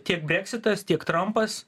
tiek breksitas tiek trampas